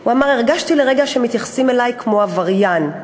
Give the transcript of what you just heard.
הוא אמר: הרגשתי לרגע שמתייחסים אלי כמו אל עבריין,